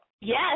Yes